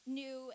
new